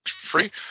free